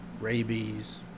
rabies